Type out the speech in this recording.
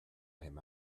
him